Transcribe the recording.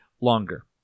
longer